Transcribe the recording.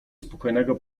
spokojnego